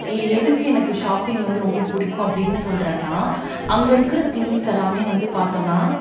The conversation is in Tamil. ஏன் எதுக்கு எனக்கு ஷாப்பிங் வந்து ரொம்ப பிடிக்கும் அப்படின்னு சொல்கிறேன்னா அங்கே இருக்கிற திங்ஸ் பார்த்தோன்னா